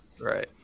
Right